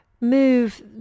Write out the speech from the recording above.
move